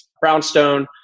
brownstone